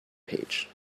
page